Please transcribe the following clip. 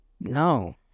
No